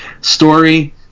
Story